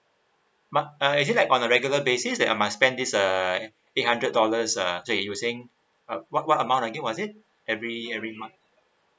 but uh is it like on a regular basis that I must spend this uh eight hundred dollars uh you're saying uh what what amount again was it every every month